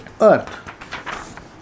earth